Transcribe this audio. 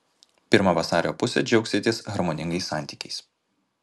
pirmą vasario pusę džiaugsitės harmoningais santykiais